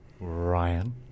Ryan